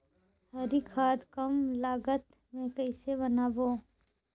हरी खाद कम लागत मे कइसे बनाबो?